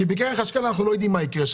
כי בקרן חשכ"ל אנחנו לא יודעים מה יקרה,